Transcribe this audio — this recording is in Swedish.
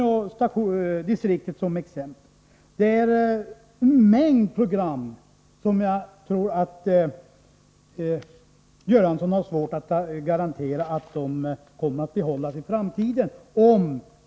Om distriktsradion i Umeå läggs ned, tror jag att det blir svårt för statsrådet Göransson att garantera att programmen får produceras i framtiden.